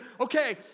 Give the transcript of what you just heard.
okay